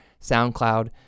SoundCloud